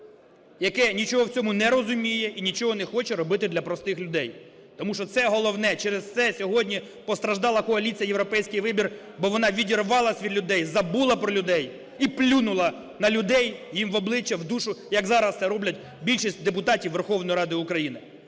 яке нічого в цьому не розуміє і нічого не хоче робити для простих людей. Тому що це головне, через це сьогодні постраждала коаліція "Європейський вибір", бо вона відірвалась від людей, забула про людей і плюнула на людей, їм в обличчя, в душу, як зараз це роблять більшість депутатів Верховної Ради України.